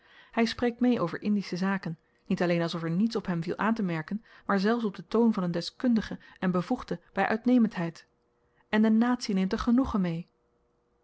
hy spreekt mee over indische zaken niet alleen alsof er niets op hem viel aantemerken maar zelfs op den toon van n deskundige en bevoegde by uitnemendheid en de natie neemt er genoegen mee